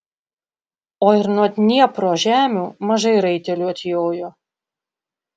o ir nuo dniepro žemių mažai raitelių atjojo